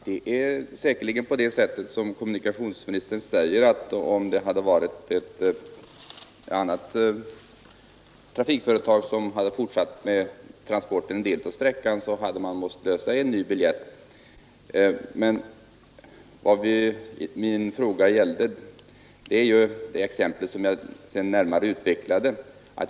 Herr talman! Det är säkert riktigt som kommunikationsministern säger, att om ett annat trafikföretag hade stått för den fortsatta resan på en del av sträckan, så hade den resande fått lösa ny biljett. Men vad min fråga gällde var det exempel som jag närmare utvecklade.